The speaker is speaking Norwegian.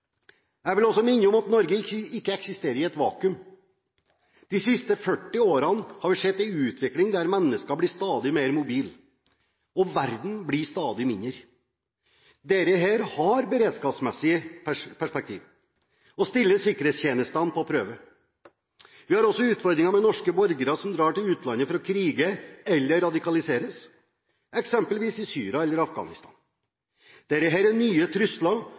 Jeg vil også minne om at Norge ikke eksisterer i et vakuum. De siste 40 årene har vi sett en utvikling der mennesker blir stadig mer mobile, og verden blir stadig mindre. Dette har beredskapsmessige perspektiver og stiller sikkerhetstjenestene på prøve. Vi har også utfordringer med norske borgere som drar til utlandet for å krige, eller radikaliseres, eksempelvis i Syria eller Afghanistan. Dette er nye trusler